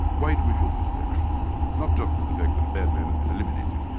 why do we feel satisfaction at this? not just for the fact that a bad man has been eliminated,